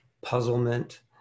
puzzlement